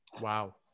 wow